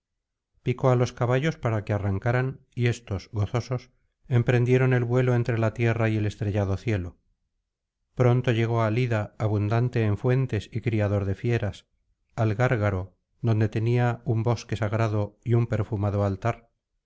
picó á los caballos para que arrancaran y éstos gozosos emprendieron el vuelo entre la tierra y el estrellado cielo pronto llegó al ida abundante en fuentes y criador de fieras al gárgaro donde tenía un bosque sagrado y un perfumado altar